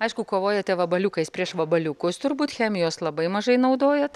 aišku kovojate vabaliukais prieš vabaliukus turbūt chemijos labai mažai naudojat